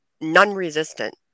non-resistant